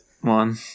one